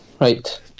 Right